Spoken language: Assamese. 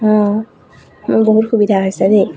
অ বহুত সুবিধা হৈছে দেই